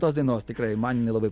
tos dainos tikrai man jinai labai